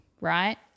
Right